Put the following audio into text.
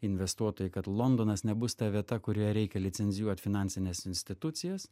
investuotojai kad londonas nebus ta vieta kurioj reikia licencijuot finansines institucijas